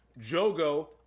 Jogo